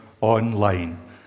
online